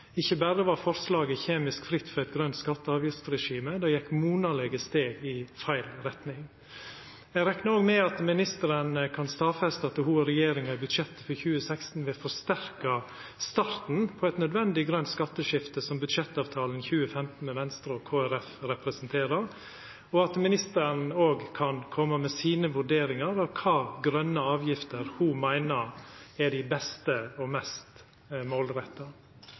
Ikkje berre var forslaget kjemisk fritt for eit grønt skatte- og avgiftsregime, det gjekk monalege steg i feil retning. Eg reknar òg med at ministeren kan stadfesta at ho og regjeringa i budsjettet for 2016 vil forsterka starten på eit nødvendig grønt skatteskifte, som budsjettavtalen i 2015 med Venstre og Kristeleg Folkeparti representerer, og at ministeren òg kan koma med sine vurderingar av kva grøne avgifter ho meiner er dei beste og mest målretta.